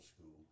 school